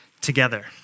together